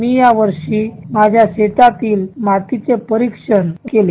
मी यावर्षी माझ्या शेतातील मातीचे परिक्षण करून घेतले